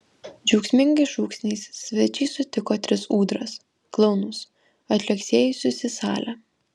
džiaugsmingais šūksniais svečiai sutiko tris ūdras klounus atliuoksėjusius į salę